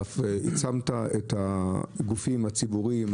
אף העצמת את הגופים הציבוריים,